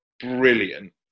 brilliant